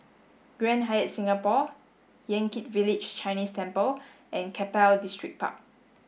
Grand Hyatt Singapore Yan Kit Village Chinese Temple and Keppel Distripark